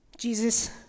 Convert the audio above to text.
Jesus